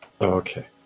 Okay